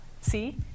See